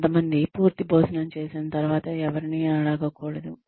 కొంతమంది పూర్తి భోజనం చేసిన తర్వాత ఎవరిని అడగకూడదు